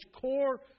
core